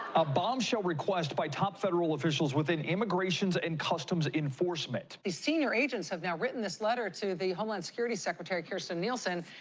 a bombshell request by top federal officials within immigrations and customs enforcement. senior agents have written this letter to the homeland security secretary, kirstjen nielsen,